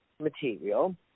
material